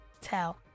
tell